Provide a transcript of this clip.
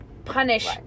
Punish